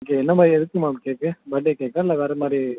okay என்ன மாதிரி எதற்குமா கேக்கு பர்டே கேக்கா இல்லை வேறு மாதிரி